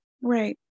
Right